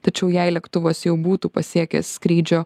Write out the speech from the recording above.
tačiau jei lėktuvas jau būtų pasiekęs skrydžio